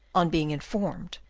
on being informed,